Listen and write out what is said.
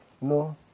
No